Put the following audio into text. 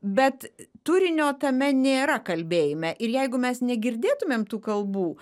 bet turinio tame nėra kalbėjime ir jeigu mes negirdėtumėm tų kalbų